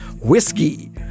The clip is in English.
Whiskey